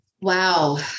Wow